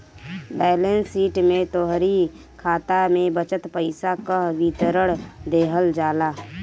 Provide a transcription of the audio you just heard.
balance sheet में तोहरी खाता में बचल पईसा कअ विवरण देहल जाला